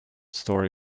story